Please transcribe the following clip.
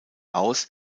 aus